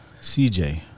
CJ